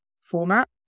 format